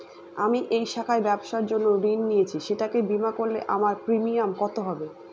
আমি এই শাখায় ব্যবসার জন্য ঋণ নিয়েছি সেটাকে বিমা করলে আমার প্রিমিয়াম কত হবে?